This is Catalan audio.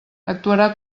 actuarà